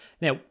Now